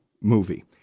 movie